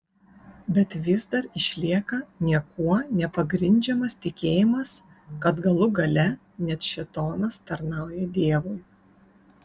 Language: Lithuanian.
bet vis dar išlieka niekuo nepagrindžiamas tikėjimas kad galų gale net šėtonas tarnauja dievui